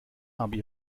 aber